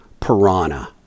piranha